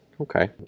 okay